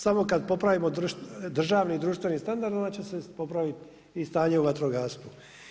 Samo kada popravimo državni i društveni standard onda će se popraviti i stanje u vatrogastvu.